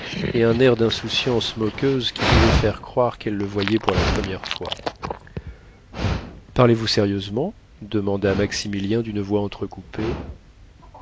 et un air d'insouciance moqueuse qui pouvaient faire croire qu'elle le voyait pour la première fois parlez-vous sérieusement demanda maximilien d'une voix entrecoupée